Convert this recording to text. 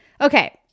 Okay